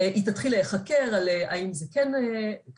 היא תתחיל להיחקר על האם זה כן ככה